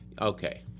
Okay